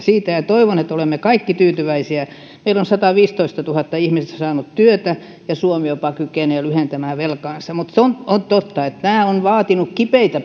ja toivon että olemme kaikki tyytyväisiä siitä että meillä on sataviisitoistatuhatta ihmistä saanut työtä ja suomi jopa kykenee lyhentämään velkaansa on on totta että nämä ovat vaatineet kipeitä